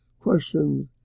questions